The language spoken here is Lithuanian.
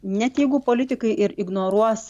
net jeigu politikai ir ignoruos